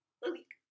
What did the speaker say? look